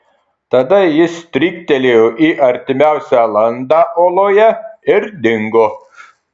tada jis stryktelėjo į artimiausią landą uoloje ir dingo